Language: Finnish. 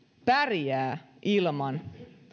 pärjää ilman